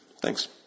Thanks